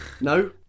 No